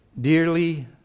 Dearly